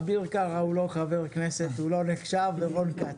אביר קארה הוא לא חבר כנסת, הוא לא נחשב ורון כץ.